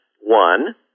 One